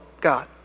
God